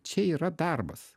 čia yra darbas